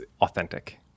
authentic